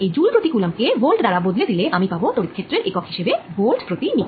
এই জ্যুল প্রতি কুলম্ব কে ভোল্ট দ্বারা বদলে দিলে আমি পাবো তড়িৎ ক্ষেত্রের একক হিসেবে ভোল্ট প্রতি মিটার